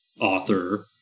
author